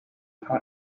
her